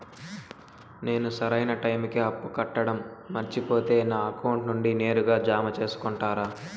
నేను సరైన టైముకి అప్పు కట్టడం మర్చిపోతే నా అకౌంట్ నుండి నేరుగా జామ సేసుకుంటారా?